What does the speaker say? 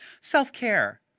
Self-care